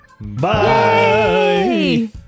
bye